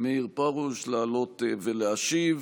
מאיר פרוש לעלות ולהשיב.